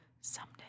Someday